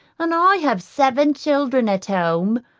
and i have seven children at home,